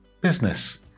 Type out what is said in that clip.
business